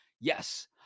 Yes